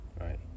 Right